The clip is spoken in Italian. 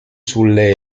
sulle